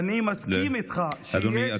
אני מסכים איתך שיש אנטישמים,